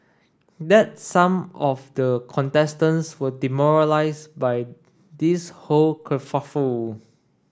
that some of the contestants were demoralised by this whole kerfuffle